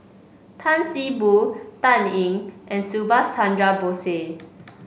Tan See Boo Dan Ying and Subhas Chandra Bose